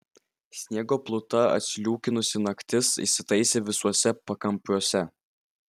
sniego pluta atsliūkinusi naktis įsitaisė visuose pakampiuose